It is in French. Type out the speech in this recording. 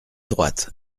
droite